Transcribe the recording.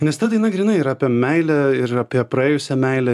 nes ta daina grynai yra apie meilę ir apie praėjusią meilę